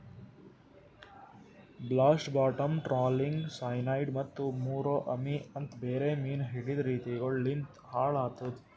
blast, bottom trawling, cyanide ಮತ್ತ ಮುರೋ ಅಮಿ ಅಂತ್ ಬೇರೆ ಮೀನು ಹಿಡೆದ್ ರೀತಿಗೊಳು ಲಿಂತ್ ಹಾಳ್ ಆತುದ್